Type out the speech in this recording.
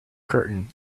curtain